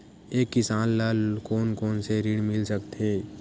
एक किसान ल कोन कोन से ऋण मिल सकथे?